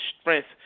strength